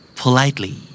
politely